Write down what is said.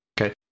Okay